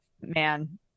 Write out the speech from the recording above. Man